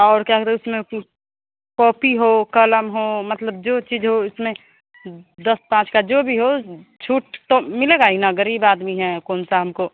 और क्या कहते हैं उसमें कि कॉपी हो कलम हों मतलब जो चीज़ हो उसमें दस पाँच का जो भी हो छूट तो मिलेगा ही ना गरीब आदमी हैं कौन सा हमको